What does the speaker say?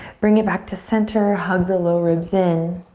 bring it back to center. hug the low ribs in.